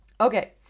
okay